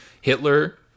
Hitler